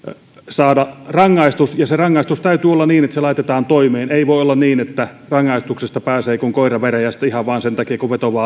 saada rangaistus ja sen rangaistuksen täytyy olla sellainen että se laitetaan toimeen ei voi olla niin että rangaistuksesta pääsee kuin koira veräjästä ihan vain sen takia että vetoaa vain